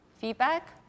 feedback